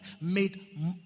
made